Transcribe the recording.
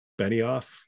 Benioff